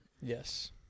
Yes